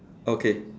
okay